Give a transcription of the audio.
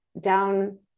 down